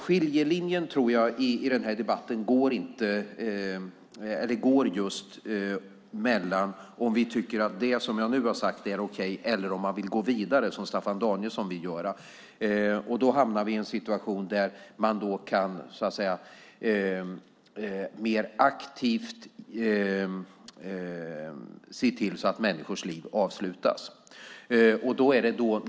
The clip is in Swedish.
Skiljelinjen i den här debatten går, tror jag, just mellan om vi tycker att det som jag nu har sagt är okej eller om man vill gå vidare som Staffan Danielsson vill göra. Då hamnar vi i en situation där man mer aktivt kan se till att människors liv avslutas.